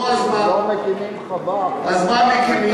אז זה